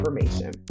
information